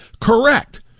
correct